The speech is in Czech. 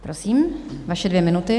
Prosím, vaše dvě minuty.